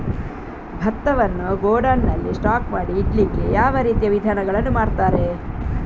ಭತ್ತವನ್ನು ಗೋಡೌನ್ ನಲ್ಲಿ ಸ್ಟಾಕ್ ಮಾಡಿ ಇಡ್ಲಿಕ್ಕೆ ಯಾವ ರೀತಿಯ ವಿಧಾನಗಳನ್ನು ಮಾಡ್ತಾರೆ?